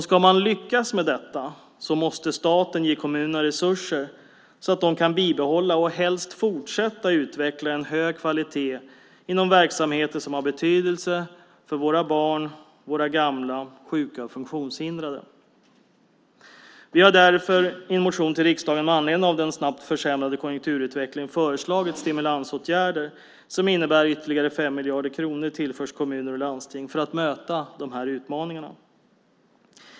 Ska man lyckas med detta måste staten ge kommunerna resurser, så att de kan bibehålla och helst fortsätta utveckla en hög kvalitet inom verksamheter som har betydelse för våra barn, gamla, sjuka och funktionshindrade. Vi har därför i en motion till riksdagen med anledning av den snabbt försämrade konjunkturutvecklingen föreslagit stimulansåtgärder som innebär att ytterligare 5 miljarder kronor tillförs till kommuner och landsting för att möta de här utmaningarna.